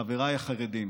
חבריי החרדים,